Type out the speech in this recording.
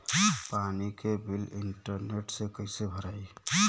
पानी के bill internet से कइसे भराई?